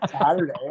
saturday